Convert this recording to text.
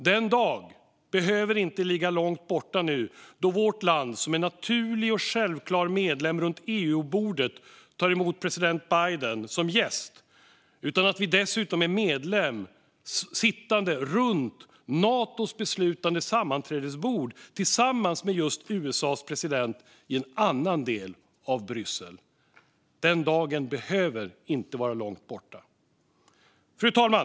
Den dag behöver nu inte vara långt borta då vårt land inte bara är en naturlig och självklar medlem runt EU-bordet och tar emot president Biden som gäst utan också sitter som medlem runt Natos beslutande sammanträdesbord tillsammans med just USA:s president i en annan del av Bryssel. Den dagen behöver inte vara långt borta. Fru talman!